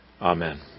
Amen